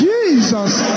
Jesus